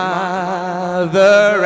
Mother